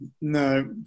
No